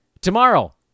Tomorrow